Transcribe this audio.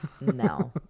No